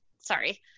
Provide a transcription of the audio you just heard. sorry